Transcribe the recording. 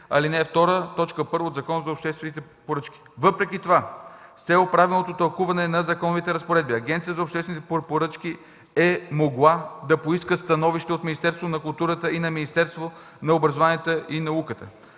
ал. 2, т. 1 от Закона за обществените поръчки. Въпреки това, с цел правилното тълкуване на законовите разпоредби, Агенцията по обществените поръчки е могла да поиска становище от Министерството на културата и Министерството на образованието и науката.